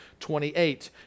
28